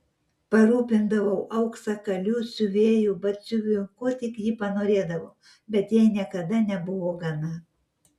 parūpindavau auksakalių siuvėjų batsiuvių ko tik ji panorėdavo bet jai niekada nebuvo gana